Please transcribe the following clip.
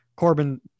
Corbin